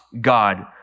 God